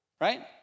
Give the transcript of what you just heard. right